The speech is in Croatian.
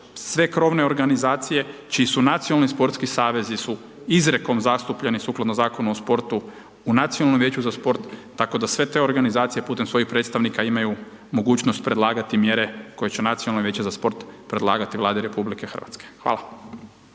sve krovne organizacije čiji su nacionalni sportski savezi su izrekom zastupljeni sukladno Zakonu o sportu u Nacionalnom vijeću za sport tako da sve te organizacije putem svojih predstavnika imaju mogućnost predlagati mjere koje će Nacionalno vijeće za sport predlagati Vladi RH. Hvala.